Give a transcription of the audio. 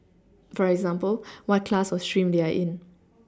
for example what class or stream they are in